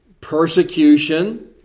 persecution